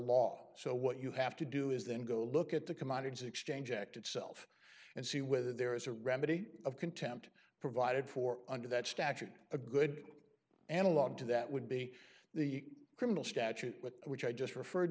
law so what you have to do is then go look at the commodities exchange act itself and see whether there is a remedy of contempt provided for under that statute a good analog to that would be the criminal statute with which i just referred